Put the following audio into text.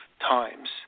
times